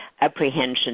apprehension